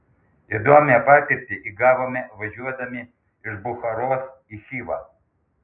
įdomią patirtį įgavome važiuodami iš bucharos į chivą